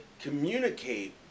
communicate